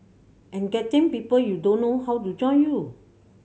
and getting people you don't know how to join you